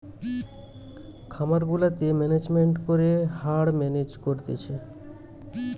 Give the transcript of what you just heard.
খামার গুলাতে ম্যানেজমেন্ট করে হার্ড মেনেজ করতিছে